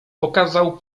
pokazał